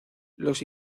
los